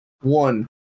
One